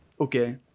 okay